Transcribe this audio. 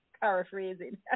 paraphrasing